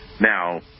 now